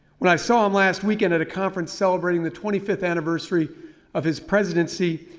when i saw him last weekend at a conference celebrating the twenty fifth anniversary of his presidency,